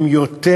יותר